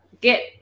get